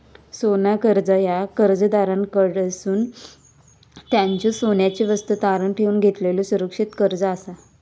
सोना कर्जा ह्या कर्जदाराकडसून त्यांच्यो सोन्याच्यो वस्तू तारण ठेवून घेतलेलो सुरक्षित कर्जा असा